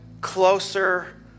closer